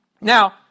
Now